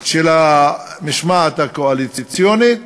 של המשמעת הקואליציונית.